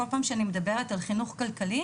כל פעם כשאני מדברת על חינוך כלכלי,